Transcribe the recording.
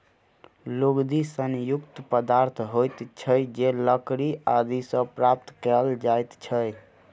लुगदी सन युक्त पदार्थ होइत छै जे लकड़ी आदि सॅ प्राप्त कयल जाइत छै